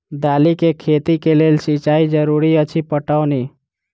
दालि केँ खेती केँ लेल सिंचाई जरूरी अछि पटौनी?